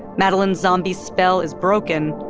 madeline's zombie spell is broken,